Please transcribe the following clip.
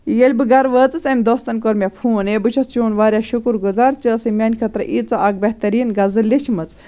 ییٚلہِ بہٕ گرٕ وٲژٕس امہِ دوستن کوٚر مےٚ فون ہے بہٕ چھَس چیٚون واریاہ شُکُر گُزار ژٕ ٲسٕس میٛانہِ خٲطرٕ ییٖژاہ اَکھ بہتریٖن غزٕل لیٚچھمٕژ